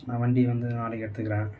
நான் வண்டி வந்து நாளைக்கு எடுத்துக்கிறேன்